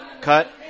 Cut